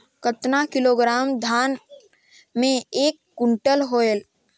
कतना किलोग्राम धान मे एक कुंटल होयल?